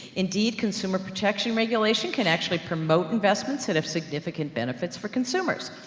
indeed, consumer protection regulation can actually promote investments, that have significant benefits for consumers.